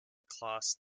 class